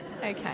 Okay